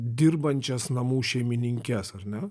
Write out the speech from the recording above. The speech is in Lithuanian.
dirbančias namų šeimininkes ar ne